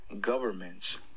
governments